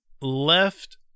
left